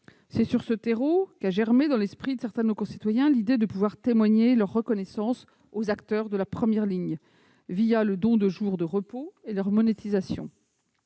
C'est sur ce terreau qu'a germé dans l'esprit de certains de nos concitoyens l'idée de pouvoir témoigner leur reconnaissance aux acteurs de la première ligne, le don de jours de repos et leur monétisation.